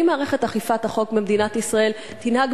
האם מערכת אכיפת החוק במדינת ישראל תנהג